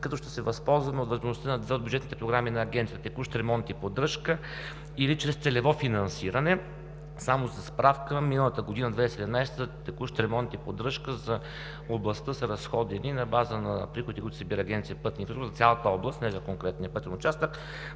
като ще се възползваме от възможността на две от бюджетните програми на Агенцията – „Текущ ремонт и поддръжка“, или чрез „Целево финансиране“. Само за справка – миналата година 2017 „Текущ ремонт и поддръжка“ за областта са разходени на база на приходите, които събира Агенция „Пътна инфраструктура“ за цялата област, не за конкретния пътен участък,